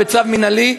בצו מינהלי.